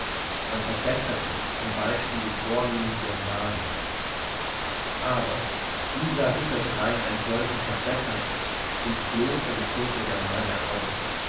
man verbesserte zum beispiel die vornehmen germanen aber wie sah hinterdrein ein solcher verbesserter in's kloster verführter germane aus